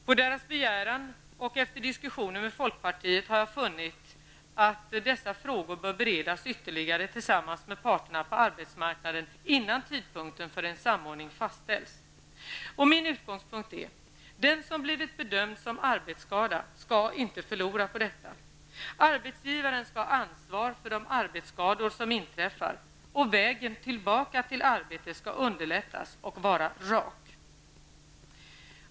På deras begäran, och efter diskussioner med folkpartiet, har jag funnit att dessa frågor bör beredas ytterligare tillsammans med parterna på arbetsmarknaden innan tidpunkten för en samordning fastställs. Min utgångspunkt är: Den som har blivit bedömd som arbetsskadad skall inte förlora på detta. Arbetsgivaren skall ha ansvar för de arbetsskador som inträffar och vägen tillbaka till arbetet skall underlättas och vara rak.